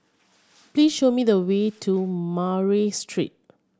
please show me the way to Murray Street